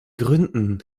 gründen